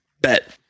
Bet